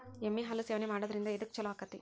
ಎಮ್ಮಿ ಹಾಲು ಸೇವನೆ ಮಾಡೋದ್ರಿಂದ ಎದ್ಕ ಛಲೋ ಆಕ್ಕೆತಿ?